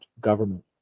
government